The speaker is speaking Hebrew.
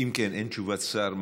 אם כן, אין תשובת שר.